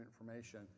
information